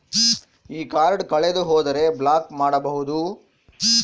ಈ ಕಾರ್ಡ್ ಕಳೆದು ಹೋದರೆ ಬ್ಲಾಕ್ ಮಾಡಬಹುದು?